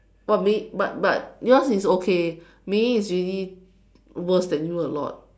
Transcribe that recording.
!wah! Mei-Yi but but yours is okay Mei-Yi is really worse than you a lot